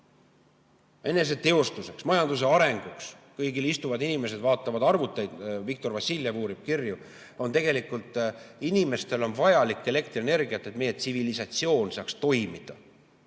eneseteostuseks, majanduse arenguks. Kõikjal istuvad inimesed ja vaatavad arvuteid, Viktor Vassiljev uurib kirju. Tegelikult on inimestel vaja elektrienergiat, et meie tsivilisatsioon saaks toimida.